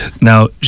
Now